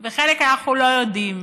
וחלק אנחנו לא יודעים.